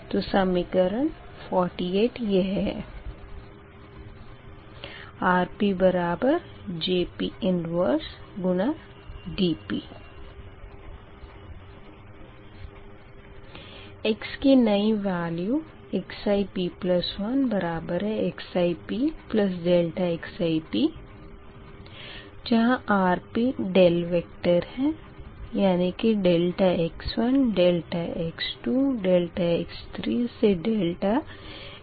तो समीकरण 48 यह है R J 1 D x की नयी वेल्यू xip1xip∆xip होगी जहाँ R del vector ∆x1 ∆x2 ∆x3 up to ∆xnp है